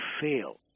fail